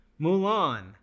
Mulan